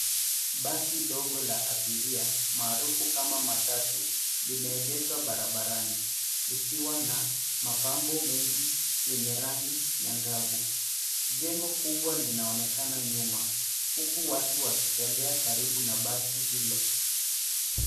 Basi dogo la abiria marufu kama matatu limeegeshwa barabarani likiwa na mapambo mengi yenye rangi angavu, jengo kubwa linaonekana nyuma huku watu wakitembea karibu na basi hilo.